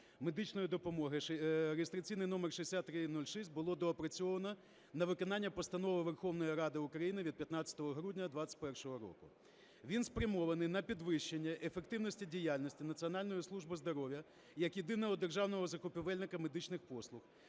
медичної допомоги (реєстраційний номер 6306) було доопрацьовано на виконання Постанови Верховної Ради України від 15 грудня 21-го року. Він спрямований на підвищення ефективності діяльності Національної служби здоров'я як єдиного державного закупівельника медичних послуг,